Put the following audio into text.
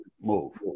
move